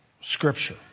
Scripture